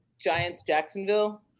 Giants-Jacksonville